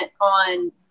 on